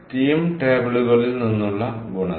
steam ടേബിളുകളിൽ നിന്നുള്ള ഗുണങ്ങൾ